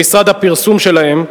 במשרד הפרסום שלהם.